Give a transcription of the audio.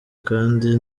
kandi